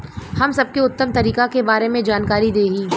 हम सबके उत्तम तरीका के बारे में जानकारी देही?